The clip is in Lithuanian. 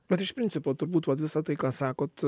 bet iš principo turbūt vat visa tai ką sakot